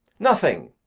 nothing!